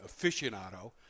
Aficionado